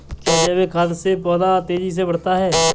क्या जैविक खाद से पौधा तेजी से बढ़ता है?